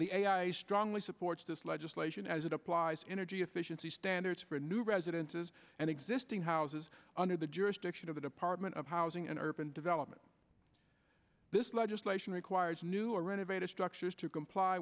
strongly supports this legislation as it applies energy efficiency standards for new residences and existing houses under the jurisdiction of the department of housing and urban development this legislation requires new or renovated structures to comply